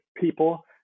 people